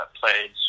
played